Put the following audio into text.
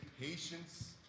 patience